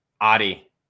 adi